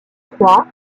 trois